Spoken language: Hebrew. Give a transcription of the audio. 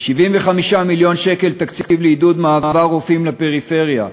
75 מיליון שקל תקציב לעידוד מעבר רופאים לפריפריה,